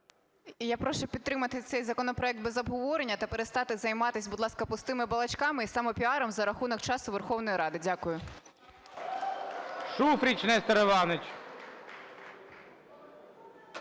Я прошу підтримати цей законопроект без обговорення та перестати займатися, будь ласка, пустими балачками і самопіаром за рахунок часу Верховної Ради. Дякую.